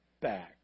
back